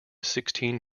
sixteen